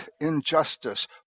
injustice